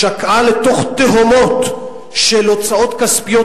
שקעה לתוך תהומות של הוצאות כספיות